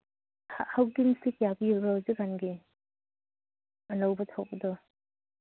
ꯍꯧꯀꯤꯟꯁꯇꯤ ꯀꯌꯥ ꯄꯤꯕ꯭ꯔꯣ ꯍꯧꯖꯤꯛꯀꯥꯟꯒꯤ ꯑꯅꯧꯕ ꯊꯣꯛꯄꯗꯣ